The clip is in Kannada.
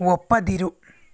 ಒಪ್ಪದಿರು